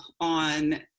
on